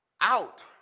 out